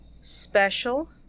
special